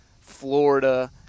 Florida